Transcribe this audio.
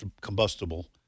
combustible